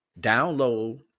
download